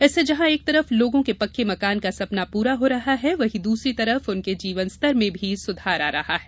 इससे जहां एक तरफ लोगों के पक्के मकान का सपना पूरा हो रहा है वहीं दूसरी तरफ उनके जीवनस्तर में भी सुधार आ रहा है